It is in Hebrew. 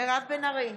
מירב בן ארי,